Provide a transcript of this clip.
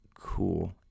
cool